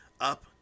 up